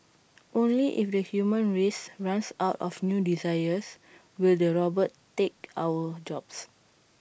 only if the human race runs out of new desires will the robots take our jobs